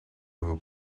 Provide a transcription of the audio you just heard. vous